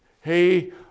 hey